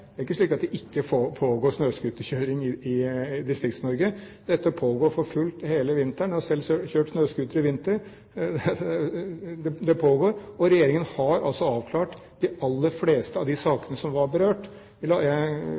det er ikke slik at det ikke pågår snøscooterkjøring i Distrikts-Norge. Dette pågår for fullt hele vinteren, jeg har selv kjørt snøscooter i vinter. Det pågår, og regjeringen har avklart de aller fleste av de sakene som var berørt. Jeg kan godt gjenta det jeg